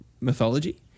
mythology